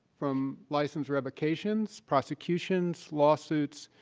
from license revocations, prosecutions, lawsuits,